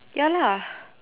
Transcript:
ya lah